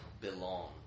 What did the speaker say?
belong